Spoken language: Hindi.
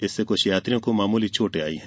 इससे कुछ यात्रियों को मामूली चोटे आयी है